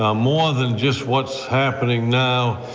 ah more than just what's happening now,